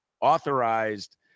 authorized